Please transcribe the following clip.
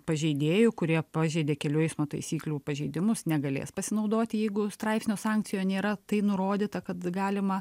pažeidėjų kurie pažeidė kelių eismo taisyklių pažeidimus negalės pasinaudoti jeigu straipsnio sankcijoj nėra tai nurodyta kad galima